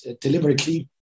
deliberately